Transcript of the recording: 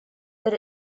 that